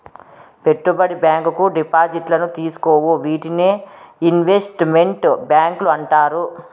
పెట్టుబడి బ్యాంకు డిపాజిట్లను తీసుకోవు వీటినే ఇన్వెస్ట్ మెంట్ బ్యాంకులు అంటారు